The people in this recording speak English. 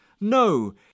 No